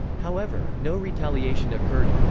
however, no retaliation occurred.